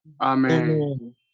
Amen